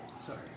Sorry